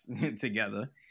together